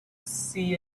see